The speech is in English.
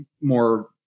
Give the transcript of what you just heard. more